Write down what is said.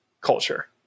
culture